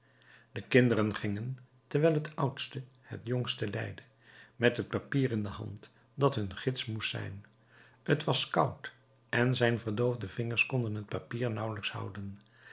de kinderen gingen terwijl het oudste het jongste leidde met het papier in de hand dat hun gids moest zijn t was koud en zijn verdoofde vingers konden het papier nauwelijks houden